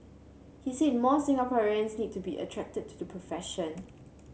he said more Singaporeans need to be attracted to the profession